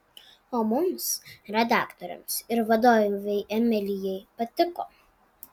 o mums redaktoriams ir vadovei emilijai patiko